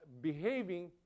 behaving